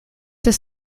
this